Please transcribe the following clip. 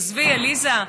עזבי, עליזה.